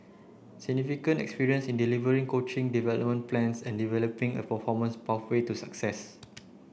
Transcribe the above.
significant experience in delivering coaching development plans and developing a performance to success